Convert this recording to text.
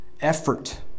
effort